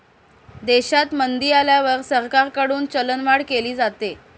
देशात मंदी आल्यावर सरकारकडून चलनवाढ केली जाते